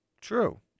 True